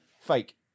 fake